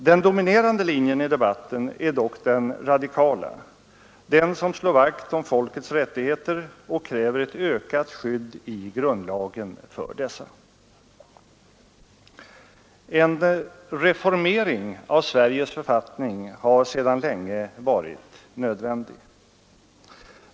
Den dominerande linjen i debatten är dock den radikala, den som slår vakt om folkets rättigheter och kräver ett ökat skydd i grundlagen för dessa. En reformering av Sveriges författning ' har sedan länge varit nödvändig.